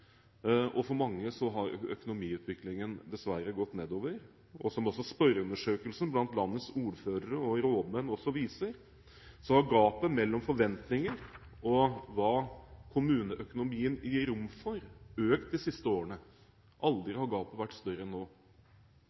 og for mange har økonomiutviklingen dessverre gått nedover. Som også spørreundersøkelsen blant landets ordførere og rådmenn viser, har gapet mellom forventninger og hva kommuneøkonomien gir rom for, økt de siste årene. Aldri har gapet vært større enn nå.